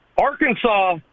Arkansas